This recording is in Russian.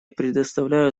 предоставляю